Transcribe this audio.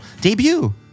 Debut